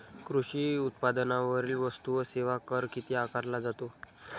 कृषी उत्पादनांवरील वस्तू व सेवा कर किती आकारला जातो?